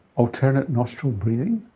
alternate nostril breathing?